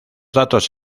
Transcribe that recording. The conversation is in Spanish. datos